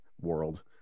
world